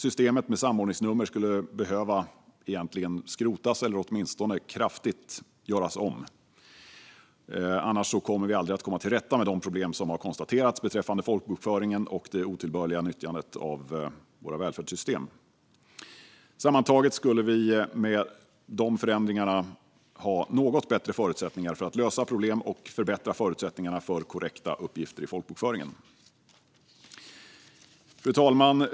Systemet med samordningsnummer skulle behöva skrotas eller åtminstone kraftigt göras om - annars kommer vi aldrig att komma till rätta med de problem som har konstaterats beträffande folkbokföringen och det otillbörliga nyttjandet av våra välfärdssystem. Sammantaget skulle vi med dessa förändringar ha något bättre förutsättningar att lösa problemen och förbättra förutsättningarna för korrekta uppgifter i folkbokföringen. Fru talman!